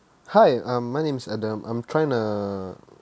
hi um my name is adam I'm trying to